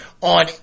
on